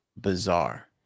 bizarre